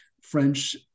french